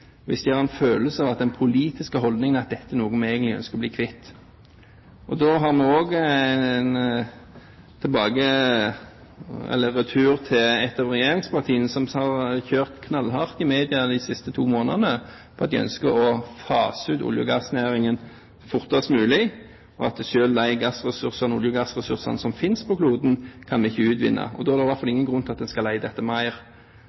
hvis de har en følelse av at den politiske holdningen er at dette er noe vi egentlig ønsker å bli kvitt. Da har vi også en retur til et av regjeringspartiene, som har kjørt knallhardt i media de siste to månedene at de ønsker å fase ut olje- og gassnæringen fortest mulig – at selv de olje- og gassressursene som finnes på kloden, kan vi ikke utvinne, og da er det i hvert fall ingen grunn til at vi skal lete etter mer.